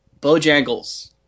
Bojangles